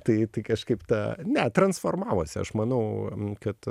tai tai kažkaip ta ne transformavosi aš manau kad